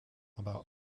about